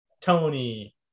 tony